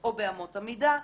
או באמות המידה.